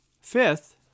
Fifth